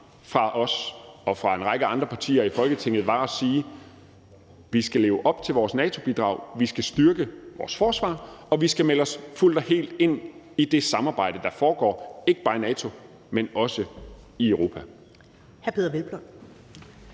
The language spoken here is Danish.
fra os og fra en række andre partier i Folketinget var at sige, at vi skal leve op til vores NATO-bidrag, vi skal styrke vores forsvar, og vi skal melde os fuldt og helt ind i det samarbejde, der foregår, ikke bare i NATO, men også i Europa.